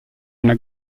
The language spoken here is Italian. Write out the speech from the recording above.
una